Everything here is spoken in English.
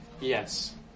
Yes